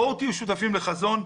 בואו תהיו שותפים לחזון,